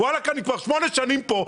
אני כבר שמונה שנים פה.